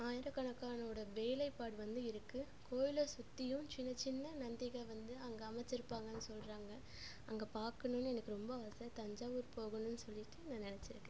ஆயிரக்கணக்கானரோட வேலைப்பாடு வந்து இருக்கு கோவில சுற்றியும் சின்னச்சின்ன நந்திங்க வந்து அங்கே அமைச்சிருப்பாங்கன்னு சொல்கிறாங்க அங்கே பார்க்கணும்னு எனக்கு ரொம்ப ஆசை தஞ்சாவூர் போகணும்னு சொல்லிட்டு நான் நெனைச்சிருக்கேன்